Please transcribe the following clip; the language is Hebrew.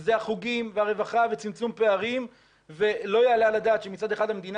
זה החוגים והרווחה וצמצום פערים ולא יעלה על הדעת שמצד אחד המדינה